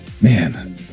man